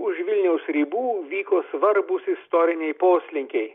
už vilniaus ribų vyko svarbūs istoriniai poslinkiai